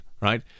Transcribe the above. right